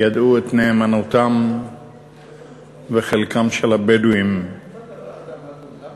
ידעו את נאמנותם וחלקם של הבדואים בדרום.